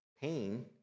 pain